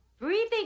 breathing